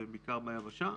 זה בעיקר ביבשה.